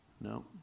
No